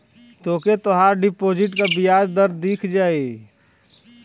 तोके तोहार डिपोसिट क बियाज दर दिख जाई